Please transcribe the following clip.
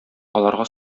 аларга